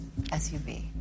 SUV